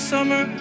Summer